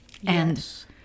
Yes